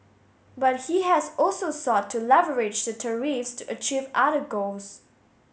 but he has also sought to leverage the tariffs to achieve other goals